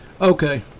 Okay